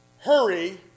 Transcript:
Hurry